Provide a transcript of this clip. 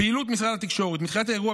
פעילות משרד התקשורת: מתחילת האירוע,